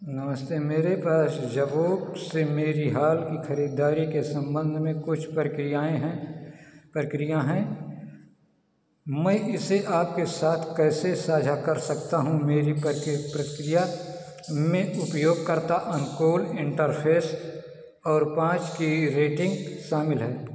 नमस्ते मेरे से मेरी हाल की खरीदारी के संबंध में कुछ प्रतिक्रियाएं हैं प्रतिक्रियाएं हैं मैं इसे आपके साथ कैसे साझा कर सकता हूँ मेरी प्रतिक्रिया में उपयोगकर्ता अनुकूल इंटरफेस और पाँच की रेटिंग शामिल है